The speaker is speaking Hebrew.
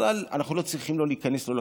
בכלל, אנחנו לא צריכים להיכנס לו לקרביים,